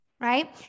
Right